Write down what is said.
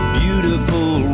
beautiful